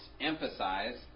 emphasize